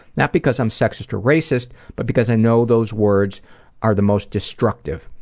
not because i'm sexist or racist but because i know those words are the most destructive.